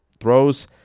throws